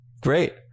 Great